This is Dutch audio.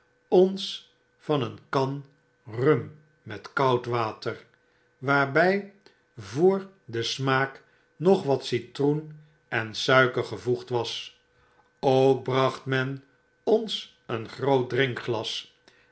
ons van een kan rum met koud water waarby voor den smaak nog wat citroen en suiker gevoegdwas ook bracht men ons een groot